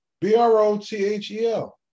B-R-O-T-H-E-L